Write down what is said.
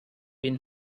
been